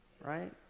right